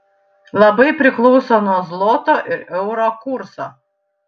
labai priklauso nuo zloto ir euro kurso